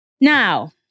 Now